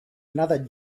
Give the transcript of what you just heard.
another